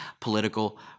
political